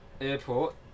airport